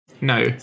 No